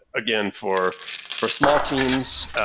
again, for for small teams.